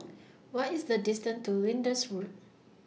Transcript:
What IS The distance to Lyndhurst Road